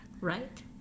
Right